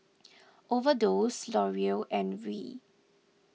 Overdose L'Oreal and Viu